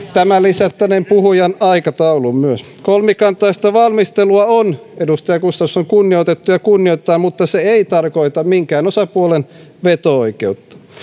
tämä lisättäneen myös puhujan aikatauluun kolmikantaista valmistelua on edustaja gustafsson kunnioitettu ja kunnioitetaan mutta se ei tarkoita minkään osapuolen veto oikeutta